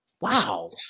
wow